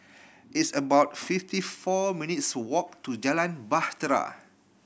it's about fifty four minutes' walk to Jalan Bahtera